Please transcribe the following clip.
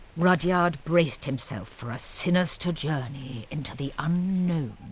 rudyard braced himself for a sinister journey into the unknown.